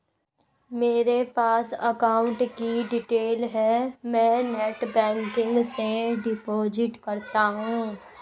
मेरे पास अकाउंट की डिटेल है मैं नेटबैंकिंग से डिपॉजिट करता हूं